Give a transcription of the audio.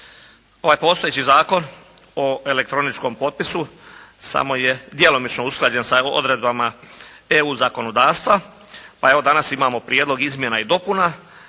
Ovaj postojeći Zakon o elektroničkom potpisu samo je djelomično usklađen sa odredbama EU zakonodavstva, pa evo danas imamo Prijedlog izmjena i dopuna